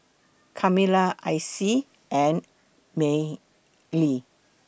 Kamilah Icy and Mylie